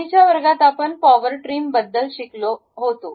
आधीच्या वर्गात आपण पॉवर ट्रिम बद्दल शिकलो होतो